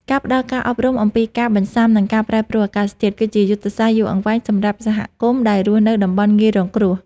ការផ្តល់ការអប់រំអំពីការបន្ស៊ាំនឹងការប្រែប្រួលអាកាសធាតុ គឺជាយុទ្ធសាស្ត្រយូរអង្វែងសម្រាប់សហគមន៍ដែលរស់នៅតំបន់ងាយរងគ្រោះ។